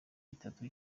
itatu